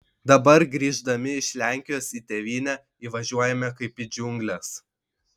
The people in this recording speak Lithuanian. dabar grįždami iš lenkijos į tėvynę įvažiuojame kaip į džiungles